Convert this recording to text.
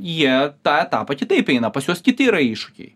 jie tą etapą kitaip eina pas juos kiti yra iššūkiai